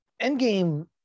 endgame